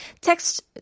Text